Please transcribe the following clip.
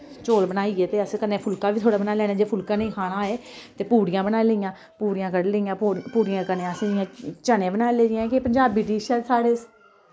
चौल बनाइयै ते अस कन्नै फुल्का बी थोह्ड़ा बनाई लैन्ने जे फुल्का निं खाना होऐ ते पुड़ियां बनाई लेइयां पुड़ियां कड्ढी लेइयां पुड़ियें कन्नै असें जियां चने बनाई ले जियां के पंजाबी डिश ऐ साढ़े